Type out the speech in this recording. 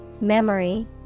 memory